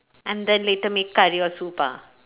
and then later make curry or soup ah